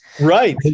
Right